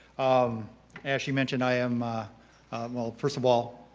um as she mentioned i am a well, first of all,